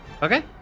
Okay